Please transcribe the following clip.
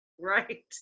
Right